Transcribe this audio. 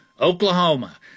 Oklahoma